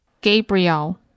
Gabriel